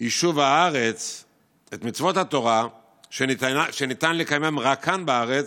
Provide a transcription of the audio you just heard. יישוב הארץ ואת מצוות התורה שניתן לקיים רק כאן בארץ,